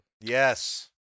Yes